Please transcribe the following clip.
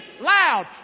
loud